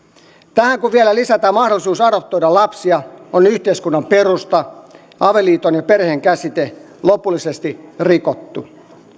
tähän kun vielä lisätään mahdollisuus adoptoida lapsia on yhteiskunnan perusta avioliiton ja perheen käsitteet lopullisesti rikottu